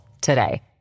today